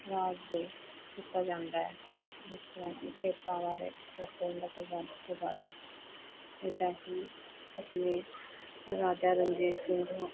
ਰਾਜ ਦੇ ਕੀਤਾ ਜਾਂਦਾ ਹੈ ਜਿਸ ਤਰ੍ਹਾਂ ਕਿ ਖੇਤਾਂ ਬਾਰੇ ਦੱਸਿਆ ਜਾਂਦਾ ਅਤੇ ਵੱਧ ਤੋਂ ਵੱਧ ਜਿੱਦਾਂ ਕਿ ਆਪਣੇ ਰਾਜਾ ਰਣਜੀਤ ਸਿੰਘ ਹੋ